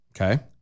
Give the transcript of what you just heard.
Okay